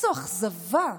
איזו אכזבה.